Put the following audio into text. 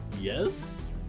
Yes